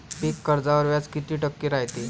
पीक कर्जावर व्याज किती टक्के रायते?